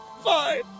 Fine